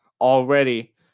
already